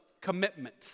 commitment